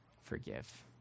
forgive